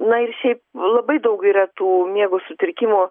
na ir šiaip labai daug yra tų miego sutrikimų